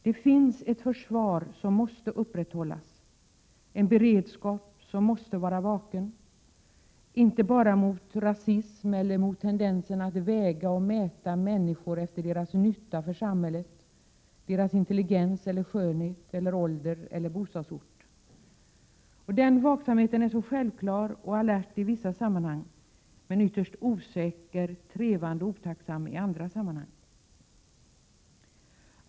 Det finns ett försvar som måste upprätthållas, en beredskap som måste vara vaken, inte bara mot rasism eller tendenser till att väga och mäta människor efter deras nytta för samhället, deras intelligens eller skönhet, ålder eller bostadsort. Den vaksamheten är självklar och alert i vissa sammanhang men ytterst osäker, trevande och otacksam i andra sammanhang.